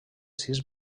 sis